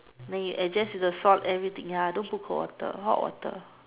then you adjust the sauce everything ya don't put cold water hot water